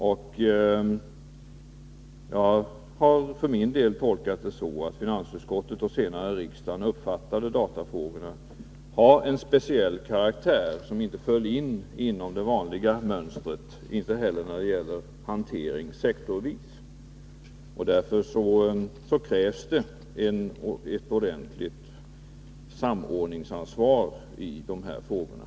Och jag har för min del tolkat ställningstagandet på det sättet att finansutskottet och senare kammaren uppfattade saken så, att datafrågorna har en speciell karaktär som inte faller in i det vanliga mönstret, inte heller när det gäller hantering sektorsvis, och därför krävs det ett ordentligt samordningsansvar när det gäller de här frågorna.